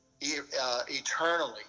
eternally